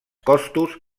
costos